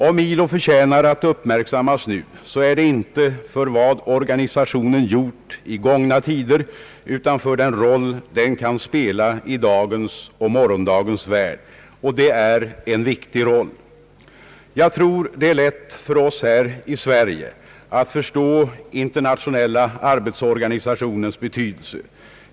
Om ILO förtjänar att uppmärksam mas nu så är det inte för vad organisationen gjort i gångna tider utan för den roll den kan spela i dagens och morgondagens värld, och det är en viktig roll. Jag tror att det är lätt för oss här i Sverige att förstå Internationella arbetsorganisationens betydelse.